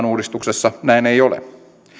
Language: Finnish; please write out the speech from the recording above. uudistuksessa näin ei ole